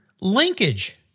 Linkage